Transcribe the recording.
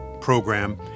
program